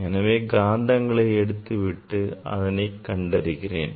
எனவே காந்தங்களை எடுத்துவிட்டு அதனை கண்டறிகிறேன்